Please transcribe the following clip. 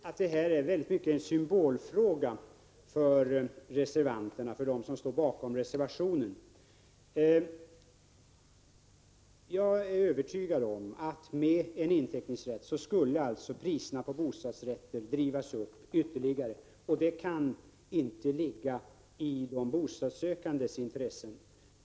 Fru talman! Jag tror att detta i stor utsträckning är en symbolfråga för reservanterna. Jag är övertygad om att priserna på bostadsrätter drivs upp ytterligare om man inför inteckningsrätt, och det kan inte ligga i de bostadssökandes intressen.